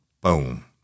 Boom